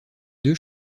deux